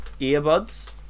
earbuds